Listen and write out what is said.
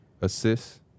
Assists